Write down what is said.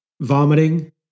vomiting